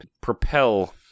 propel